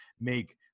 make